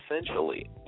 essentially